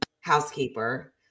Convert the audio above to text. housekeeper